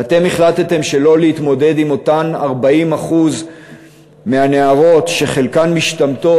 ואתם החלטתם שלא להתמודד עם אותן 40% מהנערות שחלקן משתמטות.